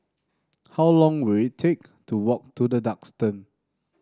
how long will it take to walk to The Duxton